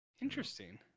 interesting